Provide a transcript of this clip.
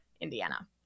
Indiana